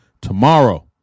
Tomorrow